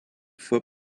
fois